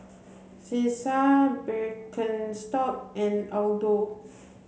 Cesar Birkenstock and Aldo